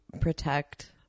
protect